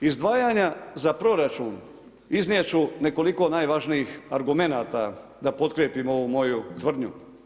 Izdvajanja za proračun iznijet ću nekoliko najvažnijih argumenata da potkrijepim ovu moju tvrdnju.